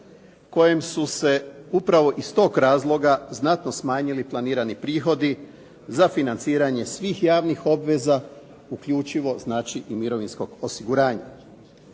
kojem su se upravo iz tog razloga znatno smanjili planirani prihodi za financiranje svih javnih obveza, uključivo znači i mirovinskog osiguranja.